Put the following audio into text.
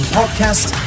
podcast